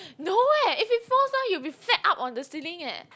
no eh if it falls down you will be flat up on the ceiling eh